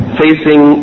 facing